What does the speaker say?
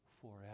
forever